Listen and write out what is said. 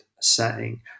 setting